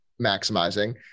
maximizing